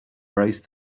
braced